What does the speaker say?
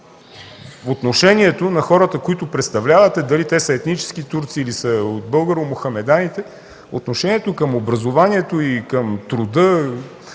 отношението на хората, които представлявате, дали те са етнически турци, или са от българомохамеданите, отношението към образованието и към труда,